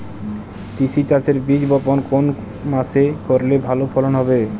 তিসি চাষের বীজ বপন কোন মাসে করলে ভালো ফলন হবে?